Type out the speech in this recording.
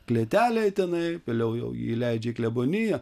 klėtelėj tenai vėliau jau įleidžia į kleboniją